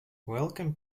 welcome